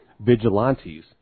vigilantes